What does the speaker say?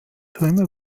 türmen